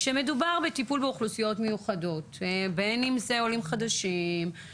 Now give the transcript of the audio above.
כשמדובר בטיפול באוכלוסיות מיוחדות בין אם אלה עולים חדשים,